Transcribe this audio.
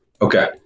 Okay